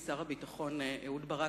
שר הביטחון אהוד ברק,